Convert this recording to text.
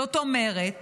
זאת אומרת